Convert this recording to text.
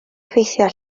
effeithiau